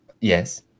yes